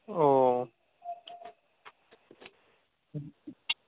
ও